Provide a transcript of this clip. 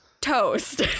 Toast